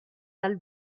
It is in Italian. dal